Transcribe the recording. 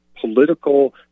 political